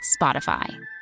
Spotify